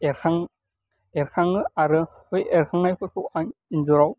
एरखाङो आरो बै एरखांनायफोरखौ आं इन्जुराव